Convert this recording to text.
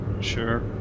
sure